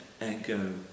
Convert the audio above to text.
Echo